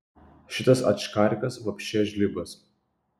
šitas ačkarikas vapše žlibas